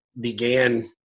began